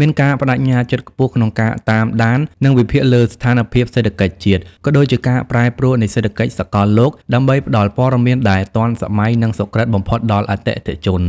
មានការប្ដេជ្ញាចិត្តខ្ពស់ក្នុងការតាមដាន និងវិភាគលើស្ថានភាពសេដ្ឋកិច្ចជាតិ ក៏ដូចជាការប្រែប្រួលនៃសេដ្ឋកិច្ចសកលលោក ដើម្បីផ្ដល់ព័ត៌មានដែលទាន់សម័យ និងសុក្រឹតបំផុតដល់អតិថិជន។